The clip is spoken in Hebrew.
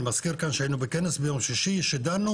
אני מזכיר כאן שהיינו בכנס ביום שישי שדנו,